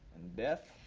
death?